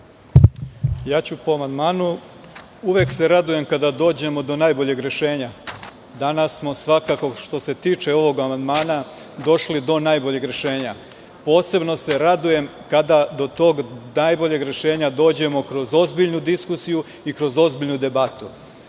se po amandmanu. Uvek se radujem kada dođemo do najboljeg rešenja. Danas smo svakako, što se tiče ovog amandmana, došli do najboljeg rešenja. Posebno se radujem kada do tog najboljeg rešenja dođemo kroz ozbiljnu diskusiju i kroz ozbiljnu debatu.